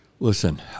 Listen